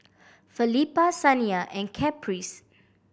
Felipa Saniyah and Caprice